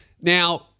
Now